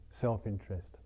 self-interest